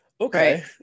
Okay